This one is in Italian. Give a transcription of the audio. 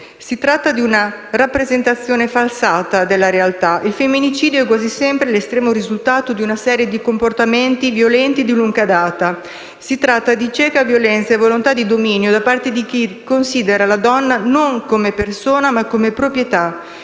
Si tratta di una rappresentazione falsata della realtà. Il femminicidio è quasi sempre l'estremo risultato di una serie di comportamenti violenti di lunga data. Si tratta di cieca violenza e volontà di dominio da parte di chi considera la donna non come persona, ma come proprietà.